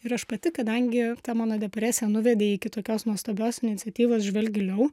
ir aš pati kadangi ta mano depresija nuvedė iki tokios nuostabios iniciatyvos žvelk giliau